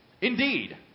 indeed